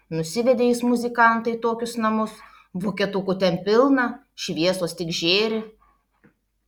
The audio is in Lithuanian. nusivedė jis muzikantą į tokius namus vokietukų ten pilna šviesos tik žėri